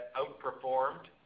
outperformed